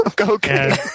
Okay